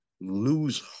lose